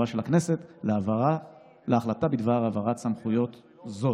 של הכנסת להחלטה בדבר העברת סמכויות זו.